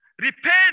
Repent